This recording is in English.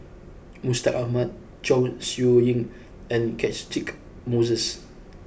Mustaq Ahmad Chong Siew Ying and Catchick Moses